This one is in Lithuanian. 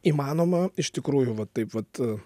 įmanoma iš tikrųjų vat taip vat